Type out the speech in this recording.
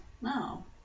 No